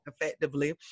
effectively